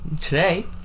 Today